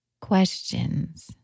questions